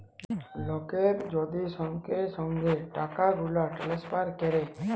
লককে যদি সঙ্গে সঙ্গে টাকাগুলা টেলেসফার ক্যরে